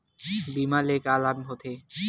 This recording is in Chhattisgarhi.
बीमा ले का लाभ होथे?